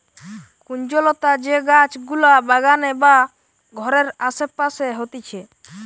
কুঞ্জলতা যে গাছ গুলা বাগানে বা ঘরের আসে পাশে হতিছে